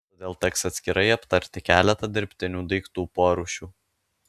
todėl teks atskirai aptarti keletą dirbtinių daiktų porūšių